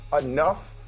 enough